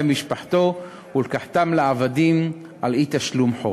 משפחתו ולקחתם לעבדים בגלל אי-תשלום חוב.